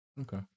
Okay